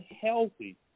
healthy